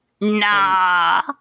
Nah